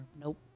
nope